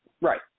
Right